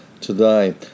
today